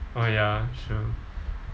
oh ya true